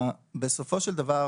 בסופו של דבר